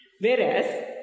Whereas